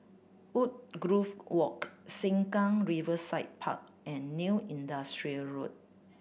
Woodgrove Walk Sengkang Riverside Park and New Industrial Road